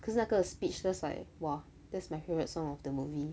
可是那个 speechless like !wah! that's my favorite song of the movie